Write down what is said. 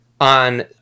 on